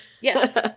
Yes